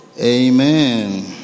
Amen